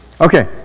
Okay